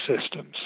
systems